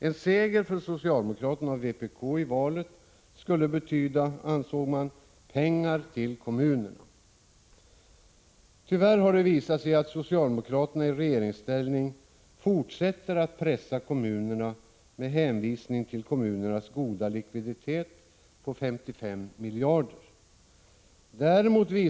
En seger för socialdemokraterna och vpk i valet skulle betyda, ansåg man, pengar till kommunerna. Tyvärr har det visat sig att socialdemokraterna i regeringsställning fortsätter att pressa kommunerna med hänvisning till deras goda likviditet på 55 miljarder.